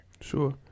Sure